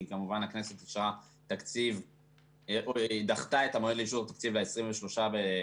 כי כמובן הכנסת דחתה את המועד לאישור התקציב ל-23 בדצמבר,